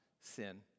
sin